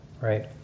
right